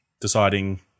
deciding